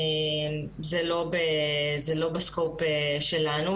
זה לא בטווח שלנו,